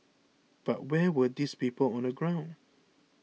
but where were these people on the ground